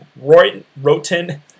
Roten